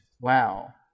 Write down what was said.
Wow